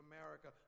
America